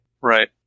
Right